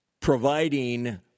Providing